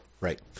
Right